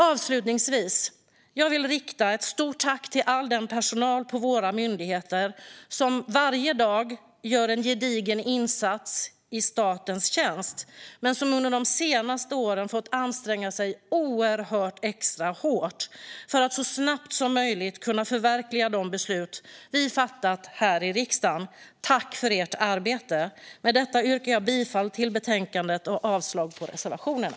Avslutningsvis vill jag rikta ett stort tack till all personal på våra myndigheter som varje dag gör en gedigen insats i statens tjänst men som under de senaste åren har fått anstränga sig extra hårt för att så snabbt som möjligt kunna förverkliga de beslut vi fattat här i riksdagen. Tack för ert arbete! Med detta yrkar jag bifall till utskottets förslag och avslag på reservationerna.